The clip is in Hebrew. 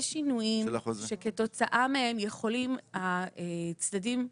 יש שינויים שכתוצאה מהם יכולים הצדדים לומר,